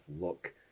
look